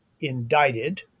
indicted